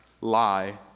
lie